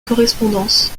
correspondance